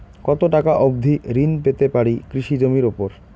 কত টাকা অবধি ঋণ পেতে পারি কৃষি জমির উপর?